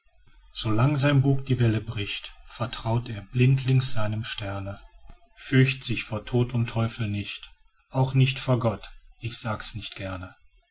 sein bug die welle bricht vertraut er blindlings seinem sterne fürcht sich vor tod und teufel nicht auch nicht vor gott ich sag's nicht gerne